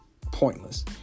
pointless